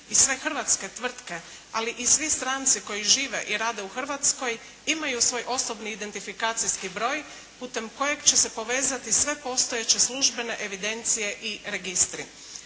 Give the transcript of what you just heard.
i sve hrvatske tvrtke ali i svi stranci koji žive i rade u Hrvatskoj imaju svoj osobni identifikacijski broj putem kojeg će se povezati sve postojeće službene evidencije i registri.